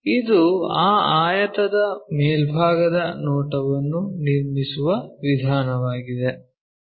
ಇದು ಆ ಆಯತದ ಮೇಲ್ಭಾಗದ ನೋಟವನ್ನು ನಿರ್ಮಿಸುವ ವಿಧಾನವಾಗಿದೆ